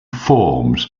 forms